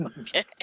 Okay